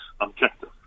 objective